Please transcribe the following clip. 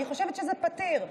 אני חושבת שזה פתיר.